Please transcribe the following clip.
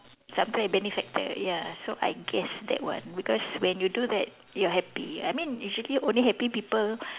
some kind benefactor ya so I guess that one because when you do that you're happy I mean basically only happy people